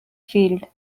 field